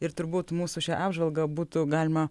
ir turbūt mūsų šią apžvalgą būtų galima